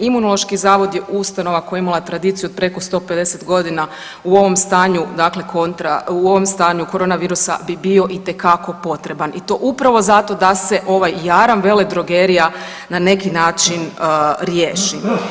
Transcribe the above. Imunološki zavod je ustanova koja je imala tradiciju od preko 150.g. u ovom stanju dakle kontra, u ovom stanju koronavirusa bi bio itekako potreban i to upravo zato da se ovaj jaram veledrogerija na neki način riješi.